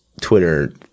Twitter